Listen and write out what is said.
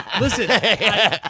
Listen